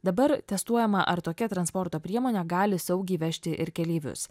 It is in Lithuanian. dabar testuojama ar tokia transporto priemonė gali saugiai vežti ir keleivius